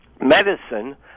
Medicine